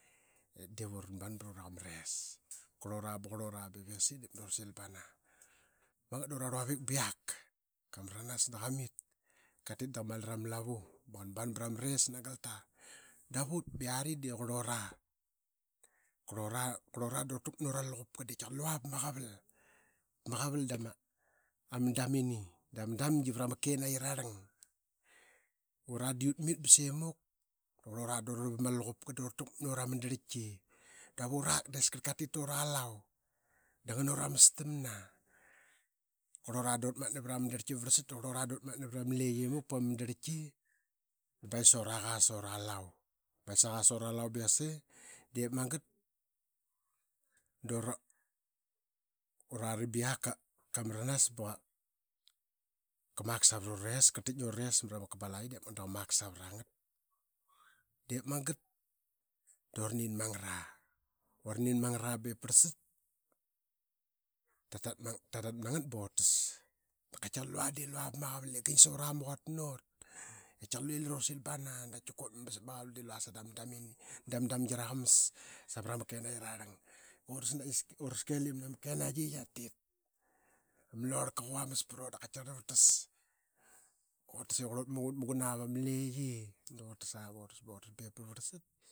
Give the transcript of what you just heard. Diip uran ban pra ura qa ma res. Kurlura ba, kurlura ba yase da uri sil bana. Magat da ura rluavik ba qak kamaranga da kamit. Katit da qa mali rama lavu ba ban pra mares nagalta. Dap utba yari dii qurlura, kurlura da ura takmat na ura laquka lua vama qaval da ma damgi pra kinaqi rarlang. Ura de utmit ba simuk da kurlura da ura rlap ama luquka da ura takmat na ura man darlki dap urale dii askarl katit tura alau da ngana ura mastamna. Qurl ura da uratmatna vra ma madrlki ba varlsat da uratakmat nama leyi muk pa ma mandarlki. Baing sa qa ura alau baing sa qa ura alau ba yse diip magat da ura ba qak mra nas ba qa mak savra ura res. Karl tik na ura res sa mrama kabalayi diip magat da qa maksavra ngat. Diip magat da uri nin ma ngara, uri nin ma ngara ba ip parlsat da ra talmat na ngat ba ut tas da katia qarl lua va ma qaval i ging sura ma quata nut. Qatiarqarl i lue lira ura sil bana da tika ut man dii sav ma qaval aa dama damgi sa vra ma kenaqi rarlang ip ura skelim nama kenaqi i yatit. Ama lorlka qa vamas par ut dap katia qarl ut tas bai ip parlsat.